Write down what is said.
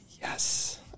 yes